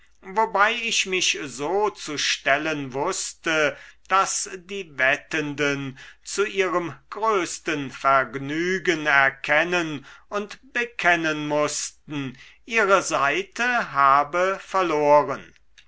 wobei ich mich so zu stellen wußte daß die wettenden zu ihrem größten vergnügen erkennen und bekennen mußten ihre seite habe verloren